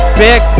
big